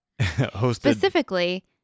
Specifically